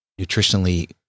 nutritionally